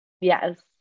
Yes